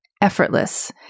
effortless